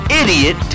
idiot